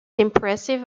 impressive